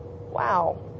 Wow